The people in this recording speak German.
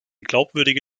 glaubwürdige